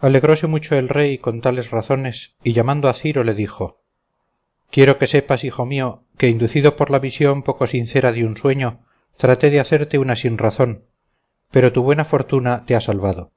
alegróse mucho el rey con tales razones y llamando a ciro le dijo quiero que sepas hijo mío que inducido por la visión poco sincera de un sueño traté de hacerte una sinrazón pero tu buena fortuna te ha salvado